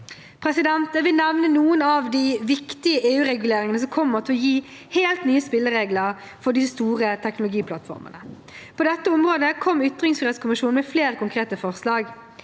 svindel. Jeg vil nevne noen av de viktige EU-reguleringene som kommer til å gi helt nye spilleregler for de store teknologiplattformene. På dette området kom ytringsfrihetskommisjonen med flere konkrete forslag.